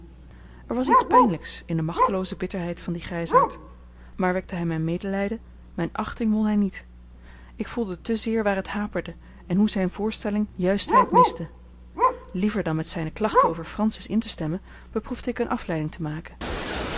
er was iets pijnlijks in de machtelooze bitterheid van dien grijsaard maar wekte hij mijn medelijden mijne achting won hij niet ik voelde te zeer waar het haperde en hoe zijne voorstelling juistheid miste liever dan met zijne klachten over francis in te stemmen beproefde ik eene afleiding te maken